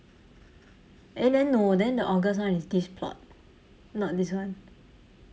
eh then no then the august one is this plot not this one